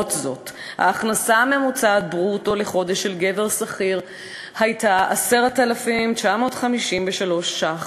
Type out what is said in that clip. ולמרות זאת ההכנסה הממוצעת ברוטו לחודש של גבר שכיר הייתה 10,953 ש"ח,